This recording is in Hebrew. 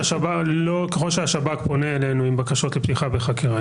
ככל שהשב"כ פונה אלינו עם בקשות לפתיחה בחקירה,